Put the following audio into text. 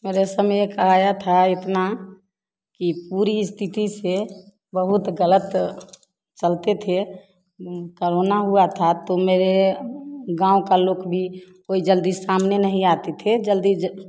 मेरे समय एक आया था इतना कि पूरी इतिती से बहुत गलत चलते थे करोना हुआ था तो मेरे गाँव का लोग भी ओय जल्दी सामने नहीं आती थे जल्दी ज